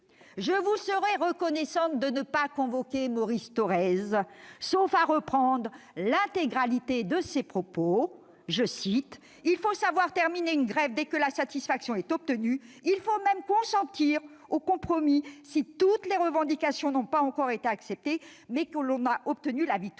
je vous serais reconnaissante de ne pas convoquer Maurice Thorez, sauf à citer l'intégralité de ses propos :« Il faut savoir terminer une grève dès que la satisfaction a été obtenue. Il faut même savoir consentir au compromis si toutes les revendications n'ont pas encore été acceptées mais que l'on a obtenu la victoire